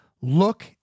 look